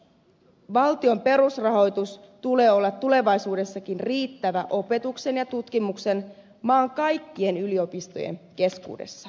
valtion perusrahoituksen tulee olla tulevaisuudessakin riittävä opetukseen ja tutkimukseen maan kaikkien yliopistojen keskuudessa